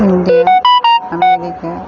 India America